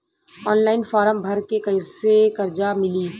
Online form भर के कैसे कर्जा मिली?